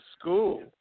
school